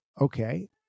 okay